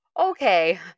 okay